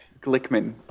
Glickman